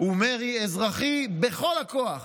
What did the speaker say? ומרי אזרחי, בכל הכוח.